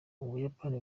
ubuyapani